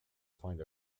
find